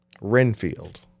Renfield